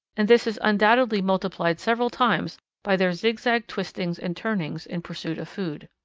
and this is undoubtedly multiplied several times by their zigzag twistings and turnings in pursuit of food.